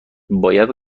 باید